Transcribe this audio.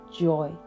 joy